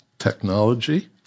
technology